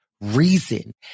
reason